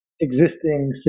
existing